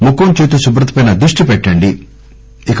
ముఖం చేతుల శుభ్రతపై దృష్టి పెట్టండి ఇక